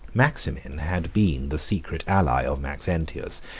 maximin had been the secret ally of maxentius,